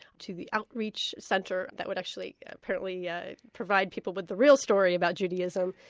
to the outreach centre that would actually apparently yeah provide people with the real story about judaism,